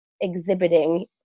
exhibiting